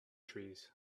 trees